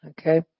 Okay